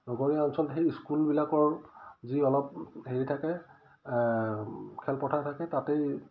নগৰীয়া অঞ্চল সেই স্কুলবিলাকৰ যি অলপ হেৰি থাকে খেলপথাৰ থাকে তাতেই